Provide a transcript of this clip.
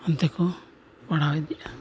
ᱦᱟᱱᱛᱮ ᱠᱚ ᱵᱟᱲᱦᱟᱣ ᱤᱫᱤᱜᱼᱟ